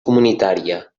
comunitària